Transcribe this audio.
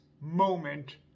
moment